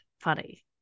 funny